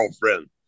girlfriend